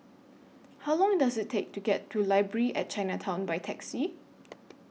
How Long Does IT Take to get to Library At Chinatown By Taxi